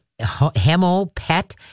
hemopet